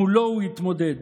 שמולו הוא התמודד.